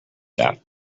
that